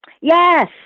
Yes